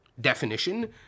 definition